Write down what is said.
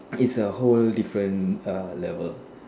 is a whole different err level